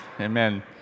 Amen